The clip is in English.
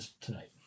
tonight